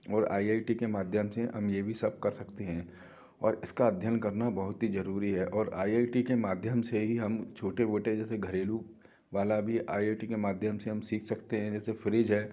और I I T के माध्यम से हम ये भी सब कर सकते हैं और इसका अध्ययन करना बहुत ही ज़रूरी है और आइ आइ टी के माध्यम से ही हम छोटे वोटे जैसे घरेलू वाला भी आइ आइ टी के माध्यम से हम सीख सकते हैं जैसे फ्रिज है